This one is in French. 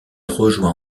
rejoint